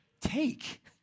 take